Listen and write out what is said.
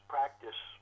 Practice